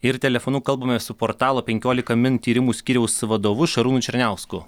ir telefonu kalbamės su portalo penkiolika min tyrimų skyriaus vadovu šarūnu černiausku